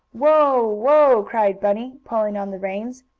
whoa! whoa! cried bunny, pulling on the reins.